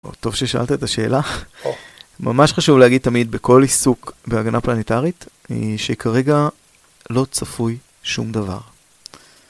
טוב ששאלת את השאלה. ממש חשוב להגיד תמיד בכל עיסוק בהגנה פלנטרית, שכרגע לא צפוי שום דבר.